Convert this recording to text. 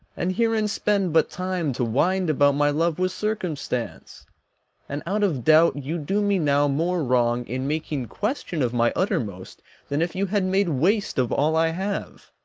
and herein spend but time to wind about my love with circumstance and out of doubt you do me now more wrong in making question of my uttermost than if you had made waste of all i have.